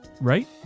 right